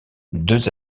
deux